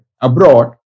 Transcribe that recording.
abroad